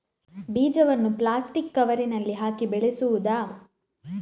ಬೀಜವನ್ನು ಪ್ಲಾಸ್ಟಿಕ್ ಕವರಿನಲ್ಲಿ ಹಾಕಿ ಬೆಳೆಸುವುದಾ?